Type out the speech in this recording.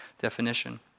definition